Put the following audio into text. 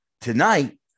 Tonight